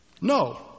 No